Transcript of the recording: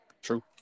true